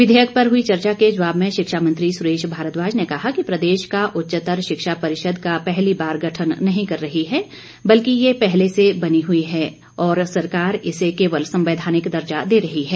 विधेयक पर हुई चर्चा के जवाब में शिक्षा मंत्री सुरेश भारद्वाज ने कहा कि प्रदेश का उच्चतर शिक्षा परिषद का पहली बार गठन नहीं कर रही है बल्कि ये पहले से बनी हुई है और सरकार इसे केवल संवैधानिक दर्जा दे रही है